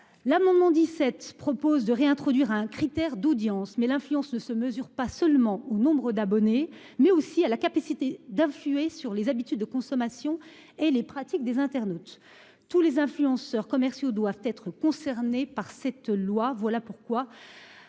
L'amendement 17 propose de réintroduire un critère d'audience mais l'influence se mesure pas seulement au nombre d'abonnés, mais aussi à la capacité d'influer sur les habitudes de consommation et les pratiques des internautes tous les influenceurs commerciaux doivent être concernés par cette loi. Voilà pourquoi